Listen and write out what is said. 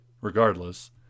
regardless